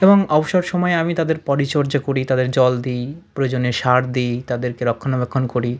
এবং অবসর সময়ে আমি তাদের পরিচর্যা করি তাদের জল দিই প্রয়োজনে সার দিই তাদেরকে রক্ষণাবেক্ষণ করি